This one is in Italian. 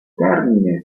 termine